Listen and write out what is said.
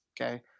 Okay